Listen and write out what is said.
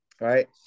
right